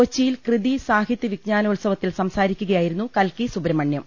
കൊച്ചിയിൽ കൃതി സാഹിത്യ വിജ്ഞാനോത്സവ ത്തിൽ സംസാരിക്കുകയായിരുന്നു കൽക്കി സുബ്രഹ്മണൃം